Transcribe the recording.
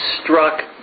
struck